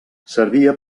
servia